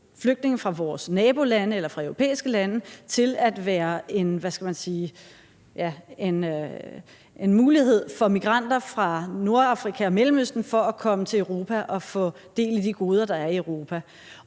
flygtninge fra vores nabolande eller fra europæiske lande til at være en mulighed for migranter fra Nordafrika og Mellemøsten for at komme til Europa og få del i de goder, der er i Europa.